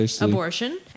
abortion